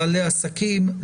בעלי עסקים,